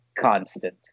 constant